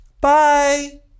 bye